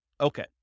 Okay